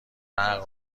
برق